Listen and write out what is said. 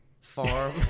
farm